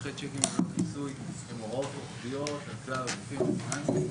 מושכי צ'קים ללא כיסוי הן הוראות רוחביות על כלל הגופים הפיננסיים,